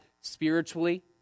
spiritually